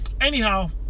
Anyhow